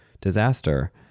disaster